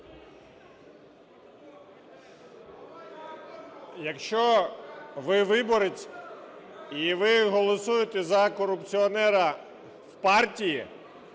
Якщо ви виборець і ви голосуєте за корупціонера в партії,